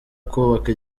kubaka